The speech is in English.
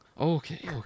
Okay